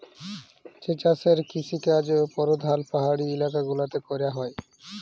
যে চাষের কিসিকাজ পরধাল পাহাড়ি ইলাকা গুলাতে ক্যরা হ্যয়